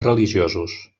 religiosos